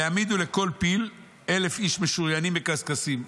ויעמידו לכל פיל 1,000 איש משוריינים בקשקשים".